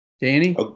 Danny